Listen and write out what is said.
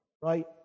Right